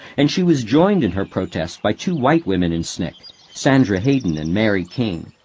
and she was joined in her protest by two white women in sncc, sandra hayden and mary king.